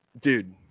dude